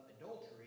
adultery